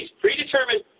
predetermined